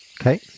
okay